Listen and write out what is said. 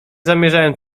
zamierzałam